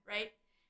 Right